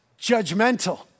judgmental